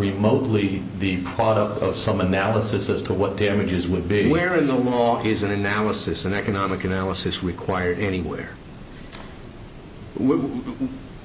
remotely the part of some analysis as to what damages would be where in the law is an analysis an economic analysis required anywhere